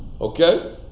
Okay